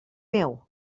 meu